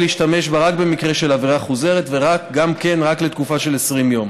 להשתמש בה רק במקרה של עבירה חוזרת ורק לתקופה של 20 ימים.